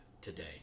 today